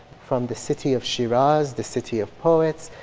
from the city of shiraz, the city of poets,